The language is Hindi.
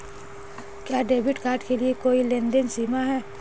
क्या डेबिट कार्ड के लिए कोई लेनदेन सीमा है?